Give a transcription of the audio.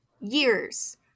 years